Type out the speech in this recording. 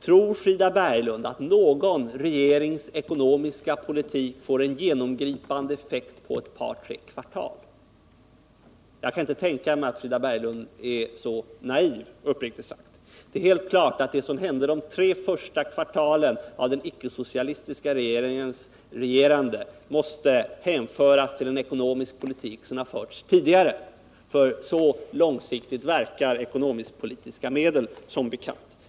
Tror Frida Berglund att någon regerings ekonomiska politik får en genomgripande effekt på ett par tre kvartal? Jag kan inte tänka mig att Frida Berglund är så naiv, uppriktigt sagt. Det är helt klart att det som hände de tre första kvartalen av den icke-socialistiska regeringsperioden måste hänföras till en ekonomisk politik som förts tidigare. Så långsiktigt verkar ekonomisk-politiska medel som bekant.